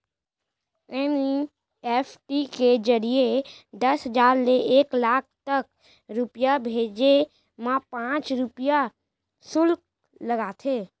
NEFT के जरिए दस हजार ले एक लाख तक रूपिया भेजे मा पॉंच रूपिया सुल्क लागथे